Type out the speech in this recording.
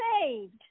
saved